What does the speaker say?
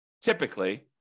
typically